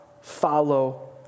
follow